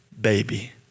baby